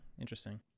interesting